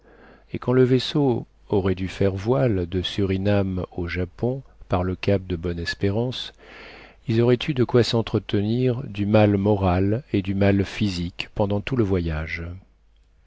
et quand le vaisseau aurait dû faire voile de surinam au japon par le cap de bonne-espérance ils auraient eu de quoi s'entretenir du mal moral et du mal physique pendant tout le voyage